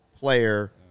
Player